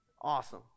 Awesome